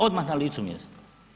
Odmah na licu mjesta.